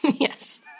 Yes